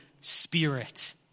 Spirit